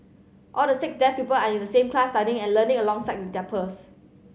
all the six deaf pupil are in the same class studying and learning alongside with their pers